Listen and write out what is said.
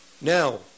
Now